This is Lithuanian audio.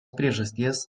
priežasties